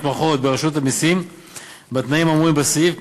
להתמחות ברשות המסים בתנאים האמורים בסעיף.